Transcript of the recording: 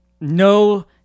No